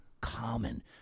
common